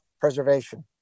preservation